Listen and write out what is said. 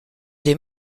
des